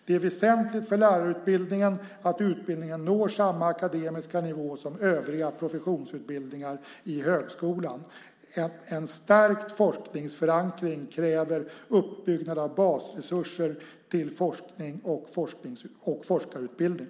Det är väsentligt för lärarutbildningens kvalitet att utbildningen når samma akademiska nivå som övriga professionsutbildningar i högskolan. En stärkt forskningsförankring kräver uppbyggnad av basresurser till forskning och forskarutbildning.